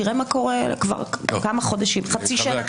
תראה מה קורה כבר חצי שנה.